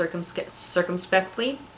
circumspectly